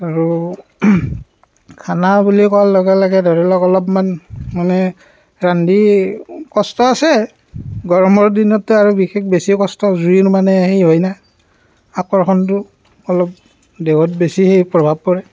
আৰু খানা বুলি কোৱাৰ লগে লগে ধৰি লওক অলপমান মানে ৰান্ধি কষ্ট আছে গৰমৰ দিনততো আৰু বিশেষ বেছি কষ্ট জুইৰ মানে হেৰি হয় না আকৰ্ষণটো অলপ দেহত বেছি হেৰি প্ৰভাৱ পৰে